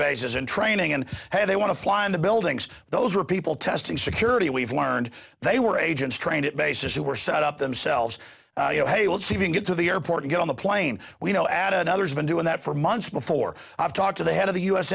bases and training and how they want to fly into buildings those are people testing security we've learned they were agents trained at bases that were set up themselves you know hey let's even get to the airport and get on the plane we know added others been doing that for months before i've talked to the head of the u